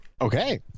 Okay